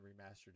remastered